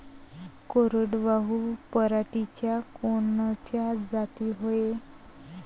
कोरडवाहू पराटीच्या कोनच्या जाती हाये?